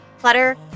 Clutter